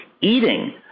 eating